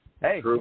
hey